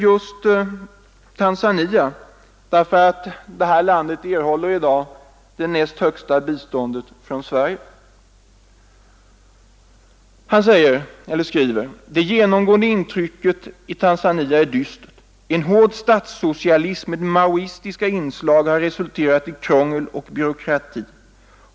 Om Tanzania, det land som i dag erhåller det näst högsta biståndet från Sverige, skriver han: ”Det genomgående intrycket i Tanzania är dystert. En hård statssocialism med maoistiska inslag har resulterat i krångel och byråkrati.